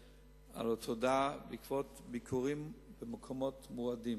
למודעות בעקבות ביקורים במקומות מועדים,